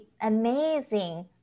amazing